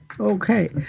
Okay